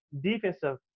defensive